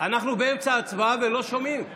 אנחנו באמצע הצבעה ולא שומעים.